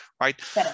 right